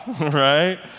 right